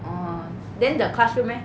orh then the classroom leh